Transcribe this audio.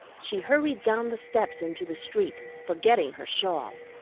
she hurried down the steps into the street, forgetting her shawl.